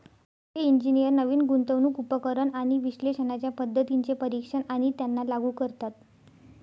वित्तिय इंजिनियर नवीन गुंतवणूक उपकरण आणि विश्लेषणाच्या पद्धतींचे परीक्षण आणि त्यांना लागू करतात